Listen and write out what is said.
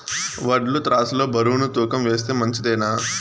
వడ్లు త్రాసు లో బరువును తూకం వేస్తే మంచిదేనా?